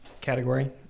Category